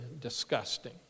disgusting